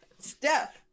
Steph